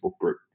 group